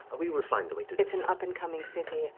we will find a way up and coming city.